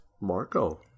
Marco